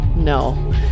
No